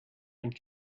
and